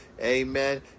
amen